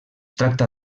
tracta